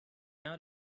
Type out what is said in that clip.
out